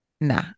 nah